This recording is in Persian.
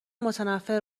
متنفر